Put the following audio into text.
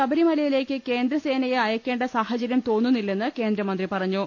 ശബരിമലയിലേക്ക് കേന്ദ്രസേനയെ അയക്കേണ്ട സാഹചര്യ ം തോന്നുന്നില്ലെന്ന് കേന്ദ്രമന്ത്രി പറഞ്ഞു